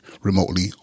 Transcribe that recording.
remotely